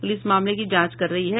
police मामले की जांच कर रही है